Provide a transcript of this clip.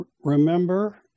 Remember